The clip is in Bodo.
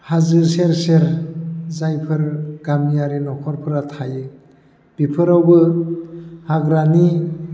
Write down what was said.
हाजो सेर सेर जायफोर गामियारि न'खरफोरा थायो बेफोरावबो हाग्रानि